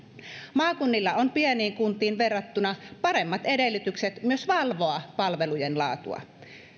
maakunnilla on pieniin kuntiin verrattuna paremmat edellytykset myös valvoa palvelujen laatua